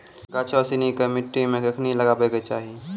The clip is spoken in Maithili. गाछो सिनी के मट्टी मे कखनी लगाबै के चाहि?